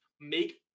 make